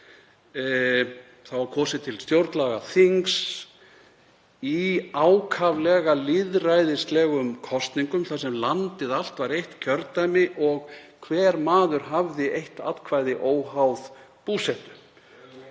Kosið var til stjórnlagaþings í ákaflega lýðræðislegum kosningum þar sem landið allt var eitt kjördæmi og hver maður hafði eitt atkvæði óháð búsetu.